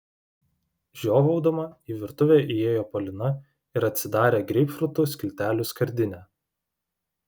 žiovaudama į virtuvę įėjo polina ir atsidarė greipfrutų skiltelių skardinę